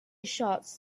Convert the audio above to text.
shots